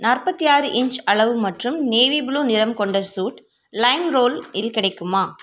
நாற்பத்தி ஆறு இன்ச் அளவு மற்றும் நேவி ப்ளூ நிறம் கொண்ட சூட் லைம்ரோல் இல் கிடைக்குமா